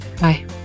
Bye